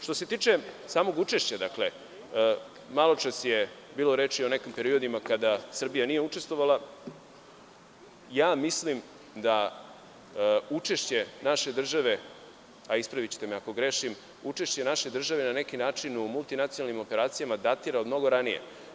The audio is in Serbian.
Što se tiče samog učešća, maločas je bilo reči o nekim periodima kada Srbija nije učestvovala, mislim da učešće naše države, a ispravićete me ako grešim, na neki način u multinacionalnim operacijama datira od mnogo ranije.